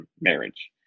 marriage